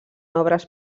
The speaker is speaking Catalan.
obres